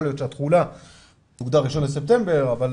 יכול להיות שהתחולה תוגדר 1 בספטמבר אבל